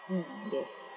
hmm yes